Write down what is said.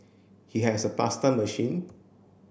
he has a pasta machine